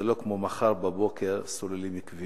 זה לא כמו שמחר בבוקר סוללים כביש,